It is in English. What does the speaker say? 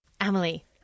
Emily